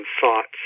thoughts